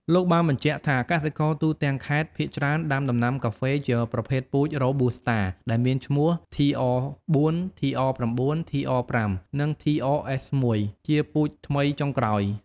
លោកបានបញ្ជាក់ថា កសិករទូទាំងខេត្តភាគច្រើនដាំដំណាំការហ្វេ ជាប្រភេទពូជ រ៉ូប៊ូស្តា មានឈ្មោះTR4 TR9 TR5 និងTRS1ជាពូជថ្មីចុងក្រោយ។